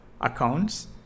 accounts